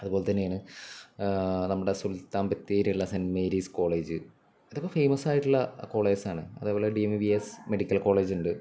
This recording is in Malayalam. അതുപോലെ തന്നെയാണ് നമ്മുടെ സുൽത്താന് ബത്തേരിയുള്ള സെന്റ് മേരീസ് കോളേജ് ഇതൊക്കെ ഫേമസായിട്ടുള്ള കോളേജസാണ് അതേപോലെ D M V S medical college ഉണ്ട്